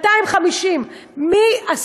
250 מיליון.